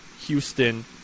Houston